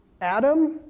Adam